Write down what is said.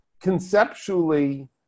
conceptually